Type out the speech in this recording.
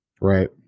Right